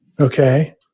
Okay